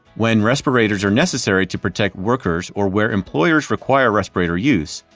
when respirators are necessary to protect workers or where employers require respirator use,